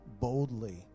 boldly